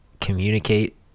communicate